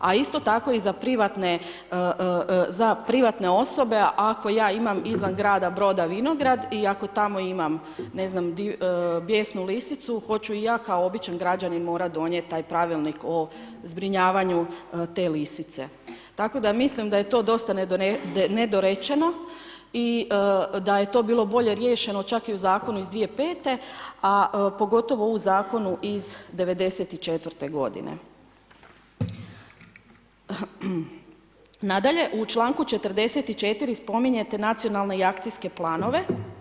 A isto tako i za privatne osobe, ako ja imam izvan grada Broda vinograd i ako tamo imamo, ne znam di bijesnu lisicu, hoću ja kako običan građanin morat donijet taj pravilnik o zbrinjavanju te lisice, tako da mislim da je to dosta nedorečeno i da je to bilo bolje riješeno čak i u zakonu iz 2005., a pogotovo u zakonu iz '94. g. Nadalje, u članku 44. spominjete nacionalne i akcijske planove.